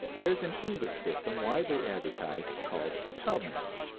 there is an english system widely advertised, called pelmanism,